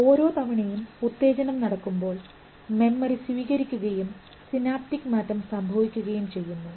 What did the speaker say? ഓരോ തവണയും ഉത്തേജനം നടക്കുമ്പോൾ മെമ്മറി സ്വീകരിക്കുകയും സിനാപ്റ്റിക് മാറ്റം സംഭവിക്കുകയും ചെയ്യുന്നു